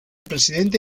presidente